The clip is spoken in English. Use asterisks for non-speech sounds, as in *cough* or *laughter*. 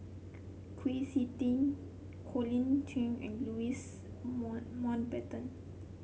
Kwa Siew Tee Colin Cheong and Louis *unintelligible* Mountbatten